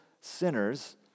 sinners